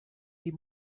die